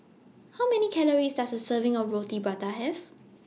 How Many Calories Does A Serving of Roti Prata Have